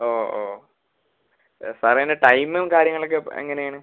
ഓഹ് ഓഹ് സാറേ എൻ്റെ ടൈമും കാര്യങ്ങളൊക്കെ എങ്ങനെയാണ്